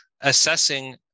assessing